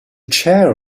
chair